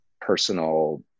personal